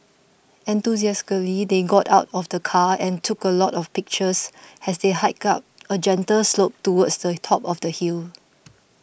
enthusiastically they got out of the car and took a lot of pictures as they hiked up a gentle slope towards the top of the hill